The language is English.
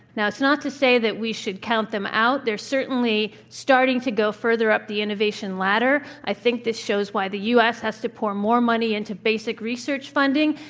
now, it's not to say that we should count them out. they're certainly starting to go further up the innovation ladder. i think this shows why the u. s. has to pour more money into basic research funding.